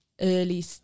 early